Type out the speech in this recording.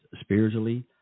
spiritually